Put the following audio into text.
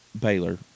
Baylor